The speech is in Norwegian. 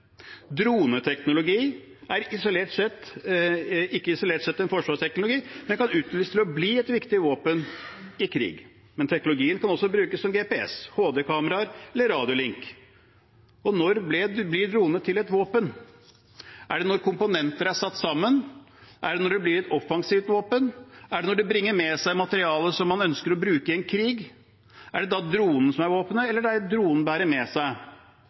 Droneteknologi er ikke isolert sett en forsvarsteknologi, men den kan utvikles til å bli et viktig våpen i krig, teknologien kan også brukes som GPS, HD-kameraer eller radiolink. Når blir en drone til et våpen? Er det når komponenter er satt sammen? Er det når det blir et offensivt våpen? Er det når det bringer med seg materiale som man ønsker å bruke i en krig? Er det da dronen som er våpenet, eller er det det dronen bærer med seg?